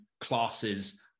classes